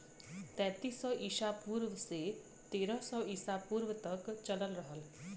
तैंतीस सौ ईसा पूर्व से तेरह सौ ईसा पूर्व तक चलल रहल